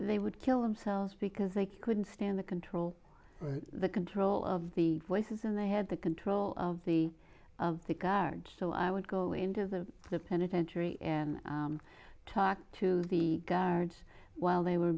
they would kill themselves because they couldn't stand the control or the control of the voices and they had the control of the of the guards so i would go into the the penitentiary and talk to the guards while they were